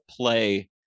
play